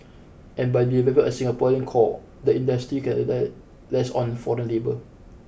and by developing a Singaporean core the industry can rely less on foreign labour